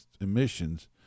emissions